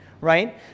right